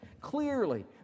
clearly